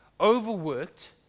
overworked